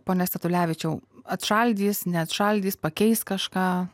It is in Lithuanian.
pone statulevičiau atšaldys neatšaldys pakeis kažką